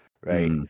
right